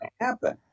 happen